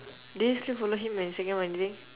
then you still follow him on instagram or anything